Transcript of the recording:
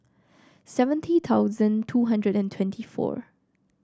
seventy thousand two hundred and twenty four